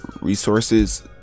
resources